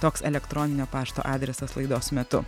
toks elektroninio pašto adresas laidos metu